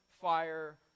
fire